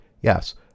yes